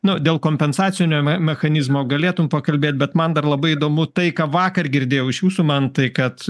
nu dėl kompensacinio me mechanizmo galėtum pakalbėt bet man dar labai įdomu tai ką vakar girdėjau iš jūsų man tai kad